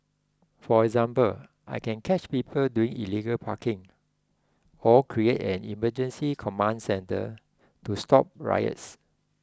for example I can catch people doing illegal parking or create an emergency command centre to stop riots